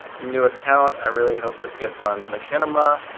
new account, i really hope this gets on machinima.